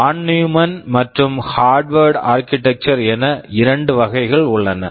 வான் Neumann Von Neumannமற்றும் Harvard Harvard architectures architectures என இரண்டு வகைகள் உள்ளன